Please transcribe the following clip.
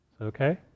Okay